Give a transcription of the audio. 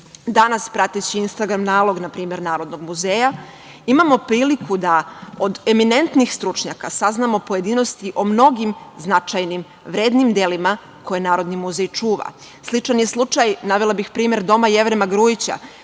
prateći instagram nalog npr. Narodnog muzeja imamo priliku da od eminentnih stručnjaka saznamo pojedinosti o mnogim značajnim, vrednim delima, koje Narodni muzej čuva. Sličan je slučaj, navela bih primer doma Jevrema Grujića,